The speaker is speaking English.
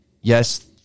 yes